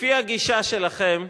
לפי הגישה שלכם,